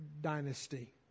dynasty